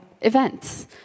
events